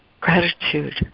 gratitude